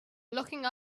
looking